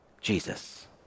Jesus